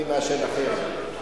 מי מעשן אחרת.